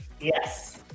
Yes